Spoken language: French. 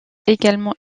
également